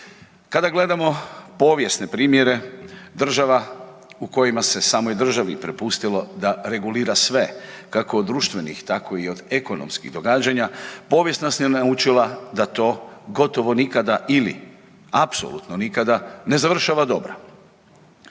Kada gledamo povijesne primjere država u kojima se samoj državi prepustilo da regulira sve kako od društvenih tako i od ekonomskih događanja, povijest nas je naučila da to gotovo nikada ili apsolutno nikada ne završava dobro.